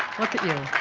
look at you.